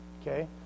Okay